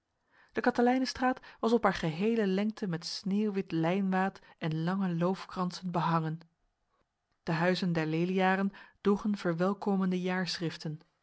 de katelijnestraat was op haar gehele lengte met sneeuwwit lijnwaad en lange loofkransen behangen de huizen der leliaren droegen verwelkomende jaarschriften